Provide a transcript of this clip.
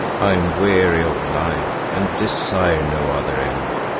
i am weary of life and desire no other end.